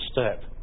step